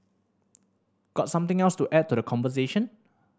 got something else to add to the conversation